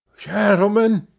gentlemen,